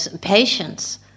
patience